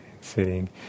sitting